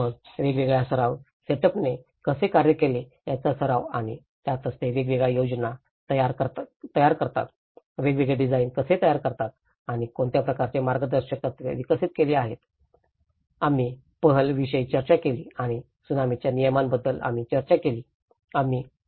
मग वेगवेगळ्या सराव सेटअपने कसे कार्य केले याचा सराव आणि त्यातच ते वेगवेगळ्या योजना कशा तयार करतात वेगवेगळे डिझाइन कसे तयार करतात आणि कोणत्या प्रकारचे मार्गदर्शक तत्त्वे विकसित केली आहेत आम्ही पहल विषयी चर्चा केली आणि त्सुनामीच्या नियमांबद्दल आम्ही चर्चा केली आम्ही GSDMA च्या नियमांविषयी चर्चा केली